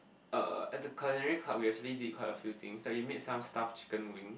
uh at the culinary club we actually did quite a few things that we made some stuffed chicken wing